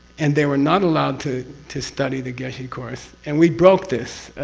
and they were not allowed to to study the geshe course, and we broke this.